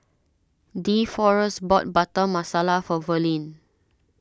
Deforest bought Butter Masala for Verlin